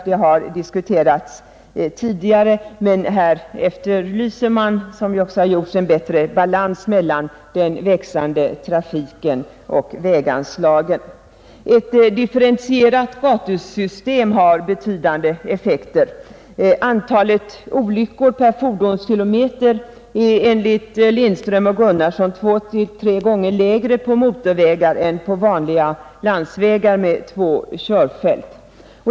Det har diskuterats förut i dag, och jag efterlyser endast — vilket tidigare har gjorts — en bättre balans mellan den växande trafiken och väganslagen. Ett differentierat gatusystem har betydande fördelar. Antalet olyckor per fordonskilometer är enligt Lindström och Gunnarsson 2 å 3 gånger lägre på motorvägar än på vanliga landsvägar med två körfält.